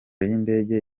y’indege